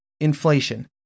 Inflation